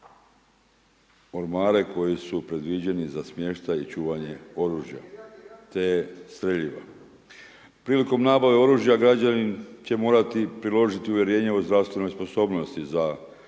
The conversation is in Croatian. ormare koji su predviđeni za smještaj i čuvanje oružja te streljiva. Prilikom nabave oružja će građanin morati priložiti uvjerenje o zdravstvenoj sposobnosti za posjedovanje